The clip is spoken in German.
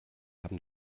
haben